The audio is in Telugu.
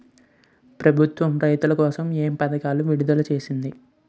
ప్రభుత్వం రైతుల కోసం ఏ పథకాలను విడుదల చేసింది?